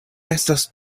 estas